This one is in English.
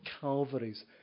Calvary's